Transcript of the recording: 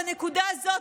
בנקודה הזו,